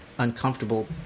uncomfortable